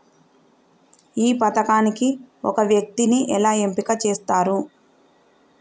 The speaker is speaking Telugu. ఈ పథకానికి ఒక వ్యక్తిని ఎలా ఎంపిక చేస్తారు?